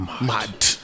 mad